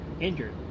injured